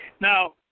now